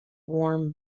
warm